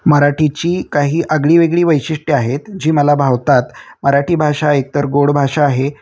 मराठीची काही आगळीवेगळी वैशिष्ट्य आहेत जी मला भावतात मराठी भाषा एकतर गोड भाषा आहे